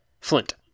Flint